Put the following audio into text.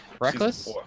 Reckless